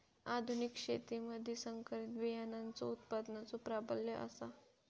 आधुनिक शेतीमधि संकरित बियाणांचो उत्पादनाचो प्राबल्य आसा